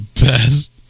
best